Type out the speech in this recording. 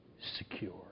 secure